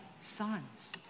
sons